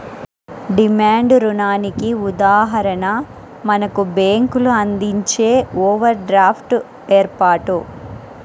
demand రుణానికి ఉదాహరణ మనకు బ్యేంకులు అందించే ఓవర్ డ్రాఫ్ట్ ఏర్పాటు